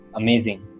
amazing